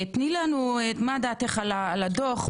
תני לנו את חוות דעתך על הדוח,